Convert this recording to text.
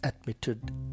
admitted